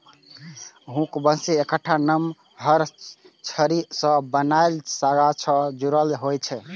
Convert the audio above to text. hook या बंसी एकटा नमहर छड़ी सं बान्हल धागा सं जुड़ल होइ छै